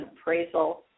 appraisal